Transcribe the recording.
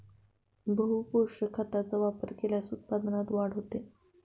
बहुपोषक खतांचा वापर केल्यास उत्पादनात वाढ होते